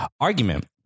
argument